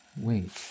Wait